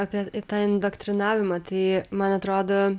apie tą indoktrinavimą tai man atrodo